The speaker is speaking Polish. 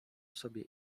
sobie